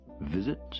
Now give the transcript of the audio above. visit